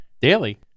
daily